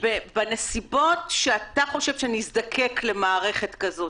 בנסיבות שאתה חושב שנזדקק למערכת כזו,